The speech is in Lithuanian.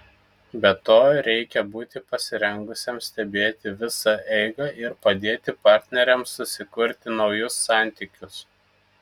be to reikia būti pasirengusiam stebėti visą eigą ir padėti partneriams susikurti naujus santykius